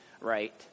right